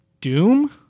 Doom